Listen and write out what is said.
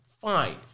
fine